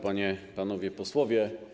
Panie i Panowie Posłowie!